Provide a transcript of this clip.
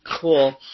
Cool